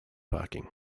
parking